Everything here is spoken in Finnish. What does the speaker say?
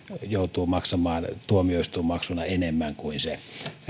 joutuu maksamaan tuomioistuinmaksuna enemmän kuin on se